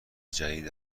جدید